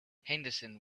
henderson